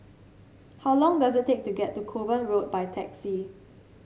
how long does it take to get to Kovan Road by taxi